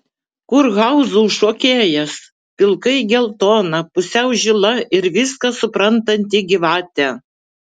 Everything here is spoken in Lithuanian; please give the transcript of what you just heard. kurhauzų šokėjas pilkai geltona pusiau žila ir viską suprantanti gyvatė